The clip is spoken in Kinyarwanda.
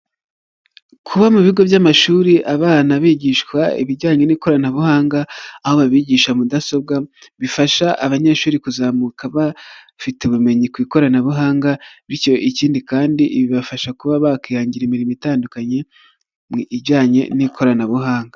Kuba mu bigo by'amashuri abana bigishwa ibijyanye n'ikoranabuhanga aho babigisha mudasobwa, bifasha abanyeshuri kuzamuka bafite ubumenyi ku ikoranabuhanga, bityo ikindi kandi bibafasha kuba bakihangira imirimo itandukanye mu ijyanye n'ikoranabuhanga.